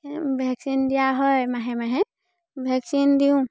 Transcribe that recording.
vaccine দিয়া হয় মাহে মাহে ভেকচিন দিওঁ